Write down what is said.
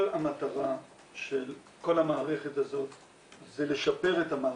כל המטרה של המערכת הזאת זה לשפר את המערכת.